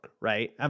right